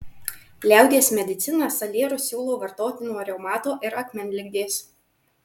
liaudies medicina salierus siūlo vartoti nuo reumato ir akmenligės